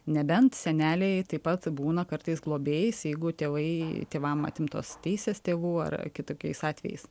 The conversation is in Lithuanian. nebent seneliai taip pat būna kartais globėjais jeigu tėvai tėvam atimtos teisės tėvų ar kitokiais atvejais